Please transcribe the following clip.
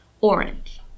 orange